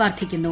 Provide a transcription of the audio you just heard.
വർധിക്കുന്നു